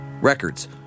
Records